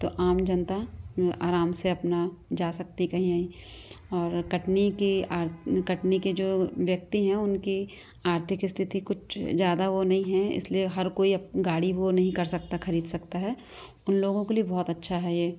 तो आम जनता आराम से अपना जा सकती है कहीं यहीं और कटनी के कटनी के जो व्यक्ति हैं उनकी आर्थिक स्थिति कुछ ज़्यादा वो नहीं हैं इसलिए हर कोई अप गाड़ी वो नहीं कर सकता खरीद सकता है उन लोगों के लिए बहुत अच्छा है ये